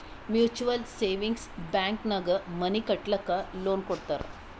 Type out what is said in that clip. mutual savings bank ನಾಗ್ money ಕಟ್ಟಲಕ್ಕ್ loan ಕೊಡ್ತಾರ್